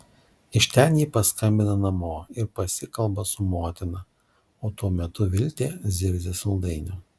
iš ten ji paskambina namo ir pasikalba su motina o tuo metu viltė zirzia saldainio